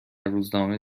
روزنامه